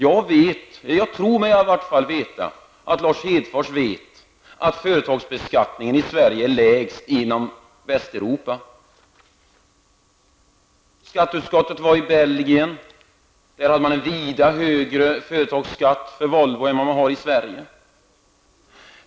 Jag tror mig veta att Lars Hedfors känner till att företagsbeskattningen i Sverige är den lägsta inom Västeuropa. Skatteutskottet besökte Belgien. Där hade man en vida högre företagsskatt för Volvo än man har i Sverige.